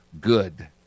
good